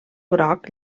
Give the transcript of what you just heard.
groc